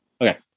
Okay